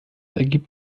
ergibt